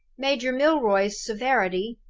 major milroy's severity,